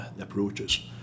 approaches